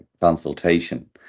consultation